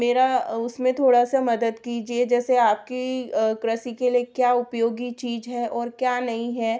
मेरा उसमें थोड़ा सा मदद कीजिए जैसे आपकी कृषि के लिए क्या उपयोगी चीज़ है ओर क्या नहीं है